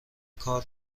کار